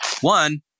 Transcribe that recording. one